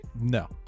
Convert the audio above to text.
No